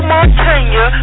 Montana